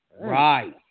Right